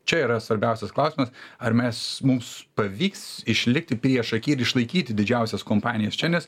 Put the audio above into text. čia yra svarbiausias klausimas ar mes mums pavyks išlikti priešaky ir išlaikyti didžiausias kompanijas čia nes